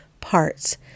parts